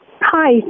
Hi